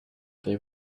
they